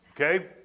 Okay